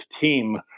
team